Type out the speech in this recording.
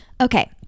Okay